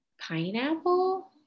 Pineapple